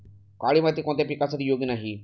काळी माती कोणत्या पिकासाठी योग्य नाही?